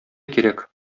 кирәк